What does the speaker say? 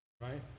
right